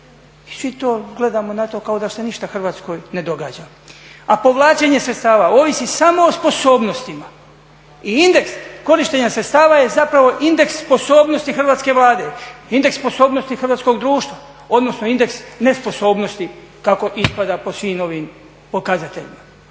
svi gledamo na to kao da se Hrvatskoj ništa ne događa. A povlačenje sredstava ovisi samo o sposobnostima i indeks korištenja sredstva je zapravo indeks sposobnosti hrvatske Vlade, indeks sposobnosti hrvatskog društva, odnosno indeks nesposobnosti kako ispada po svim ovim pokazateljima.